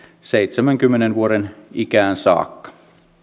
seitsemänkymmenen vuoden ikään saakka